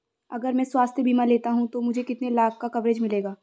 अगर मैं स्वास्थ्य बीमा लेता हूं तो मुझे कितने लाख का कवरेज मिलेगा?